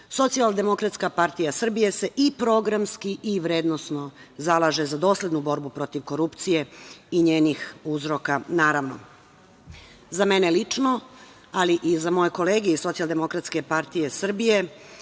položaj. Socijaldemokratska partija Srbije se i programski i vrednosno zalaže za doslednu borbu protiv korupcije i njenih uzroka, naravno.Za mene lično, ali i za moje kolege iz Socijaldemokratske partije Srbije,